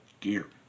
gear